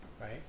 right